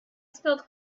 spilled